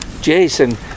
Jason